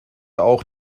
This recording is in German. auch